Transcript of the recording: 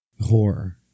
horror